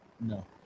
No